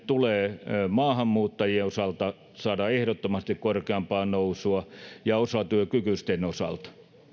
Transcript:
tulee maahanmuuttajien osalta saada ehdottomasti korkeampaa nousua ja osatyökykyisten osalta